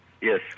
Yes